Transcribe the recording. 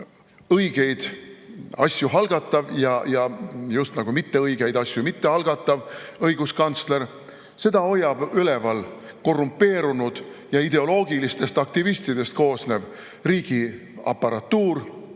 õigeid asju algatav ja just nagu mitteõigeid asju mittealgatav õiguskantsler. Seda hoiab üleval korrumpeerunud ja ideoloogilistest aktivistidest koosnev riigiaparatuur,